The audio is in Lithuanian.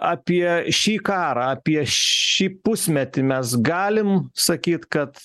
apie šį karą apie šį pusmetį mes galim sakyt kad